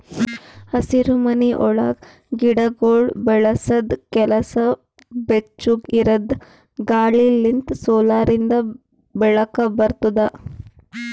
ಹಸಿರುಮನಿ ಒಳಗ್ ಗಿಡಗೊಳ್ ಬೆಳಸದ್ ಕೆಲಸ ಬೆಚ್ಚುಗ್ ಇರದ್ ಗಾಳಿ ಲಿಂತ್ ಸೋಲಾರಿಂದು ಬೆಳಕ ಬರ್ತುದ